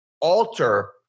alter